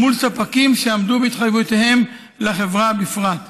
ומול ספקים שעמדו בהתחייבויותיהם לחברה בפרט.